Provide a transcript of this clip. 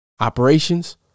Operations